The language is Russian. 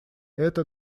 это